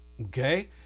okay